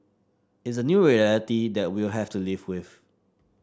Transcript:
it's a new reality that we'll have to live with